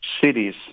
cities